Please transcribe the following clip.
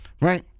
right